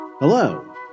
Hello